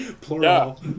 plural